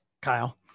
kyle